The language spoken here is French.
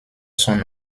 son